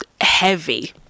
heavy